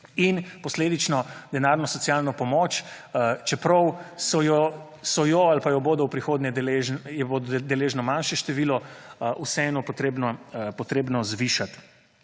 in posledično denarno socialno pomoč, čeprav so jo ali pa jo bo v prihodnje deležno manjše število, vseeno potrebno zvišati.